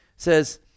says